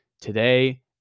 today